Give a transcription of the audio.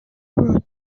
road